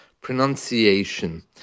pronunciation